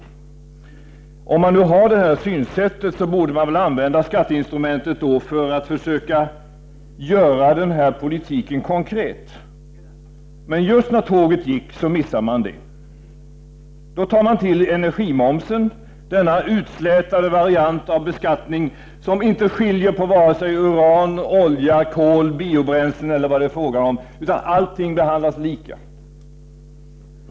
Om regeringen nu har detta synsätt borde man väl använda skatteinstrumentet för att försöka göra denna politik konkret, men man missade det just när tåget gick. Då tar man till energimomsen — denna utslätade variant av beskattning, som inte skiljer på vare sig uran, olja, kol, biobränslen eller vad det är fråga om utan där allting behandlas lika.